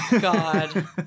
god